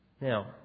Now